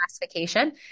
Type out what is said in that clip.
classification